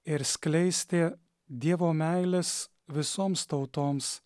ir skleisti dievo meilės visoms tautoms